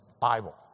Bible